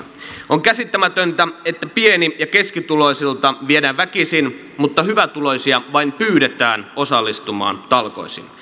on käsittämätöntä että pieni ja keskituloisilta viedään väkisin mutta hyvätuloisia vain pyydetään osallistumaan talkoisiin